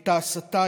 את ההסתה,